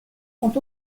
sont